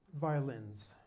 Violins